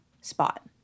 spot